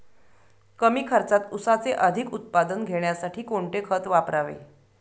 कमी खर्चात ऊसाचे अधिक उत्पादन घेण्यासाठी कोणते खत वापरावे?